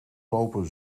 lopen